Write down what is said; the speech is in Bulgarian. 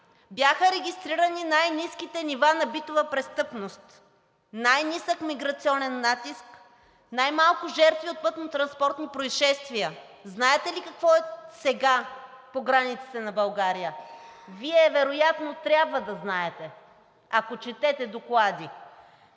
бяха регистрирани най-ниските нива на битова престъпност, най-нисък миграционен натиск, най-малко жертви от пътнотранспортни произшествия. Знаете ли какво е сега по границите на България? Вие вероятно трябва да знаете, ако четете доклади.